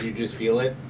just feel it?